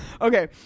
Okay